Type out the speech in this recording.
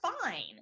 fine